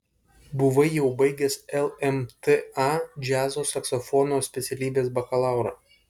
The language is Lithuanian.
buvai jau baigęs lmta džiazo saksofono specialybės bakalaurą